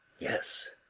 yes.